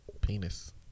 Penis